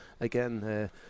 again